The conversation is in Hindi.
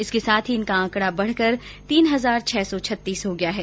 इसके साथ ही इनका आंकडा बढकर तीन हजार छः सौ छत्तीस हो गया है